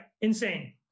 Insane